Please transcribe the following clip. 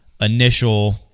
initial